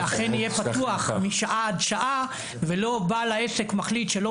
זה אכן יהיה פתוח משעה עד שעה ולא בעל העסק מחליט שלא